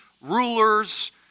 rulers